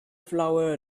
flower